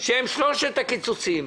שהן שלושת הקיצוצים.